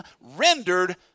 rendered